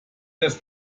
das